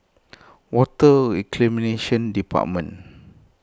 Water Reclamation Department